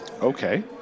Okay